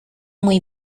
muy